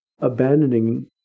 abandoning